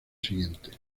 siguiente